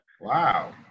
Wow